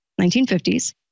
1950s